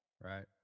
Right